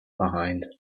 behind